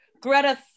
Greta